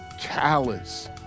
callous